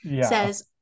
says